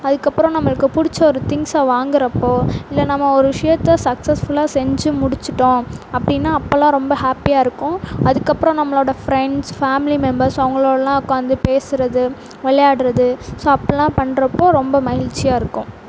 அதுக்கப்புறோம் நம்மளுக்கு பிடிச்ச ஒரு திங்க்ஸ் வாங்கறப்போ இல்லை நம்ம ஒரு விஷியத்தை சக்ஸஸ் ஃபுல்லாக செஞ்சு முடிச்சிவிட்டோம் அப்படின்னா அப்போல்லாம் ரொம்ப ஹேப்பியாக இருக்கும் அதுக்கப்புறோம் நம்மளோட ஃப்ரெண்ட்ஸ் ஃபேம்லி மெம்பர்ஸ் அவங்களோல்லாம் உக்காந்து பேசுகிறது விளையாடுகிறது ஸோ அப்போல்லாம் பண்ணுறப்போ ரொம்ப மகிழ்ச்சியாக இருக்கும்